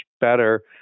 better